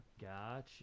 Gotcha